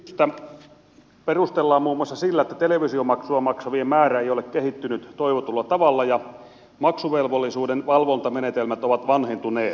lakiesitystä perustellaan muun muassa sillä että televisiomaksua maksavien määrä ei ole kehittynyt toivotulla tavalla ja maksuvelvollisuuden valvontamenetelmät ovat vanhentuneet